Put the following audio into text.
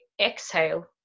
exhale